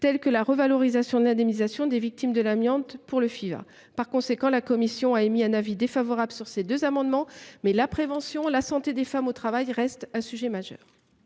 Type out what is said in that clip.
telles que la revalorisation de l’indemnisation des victimes de l’amiante par le Fiva. Par conséquent, la commission a émis un avis défavorable sur ces amendements identiques ; mais la prévention et la santé des femmes restent un sujet majeur.